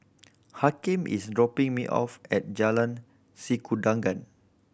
Hakim is dropping me off at Jalan Sikudangan